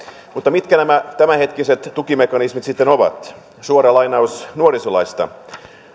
mutta mitkä nämä tämänhetkiset tukimekanismit sitten ovat suora lainaus nuorisolaista